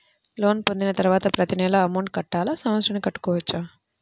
Loan పొందిన తరువాత ప్రతి నెల అమౌంట్ కట్టాలా? సంవత్సరానికి కట్టుకోవచ్చా?